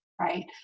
right